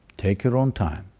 take your own time,